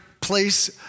place